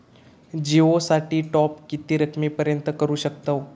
जिओ साठी टॉप किती रकमेपर्यंत करू शकतव?